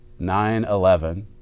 9-11